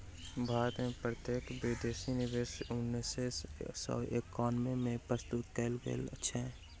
भारत में प्रत्यक्ष विदेशी निवेश उन्नैस सौ एकानबे में प्रस्तुत कयल गेल छल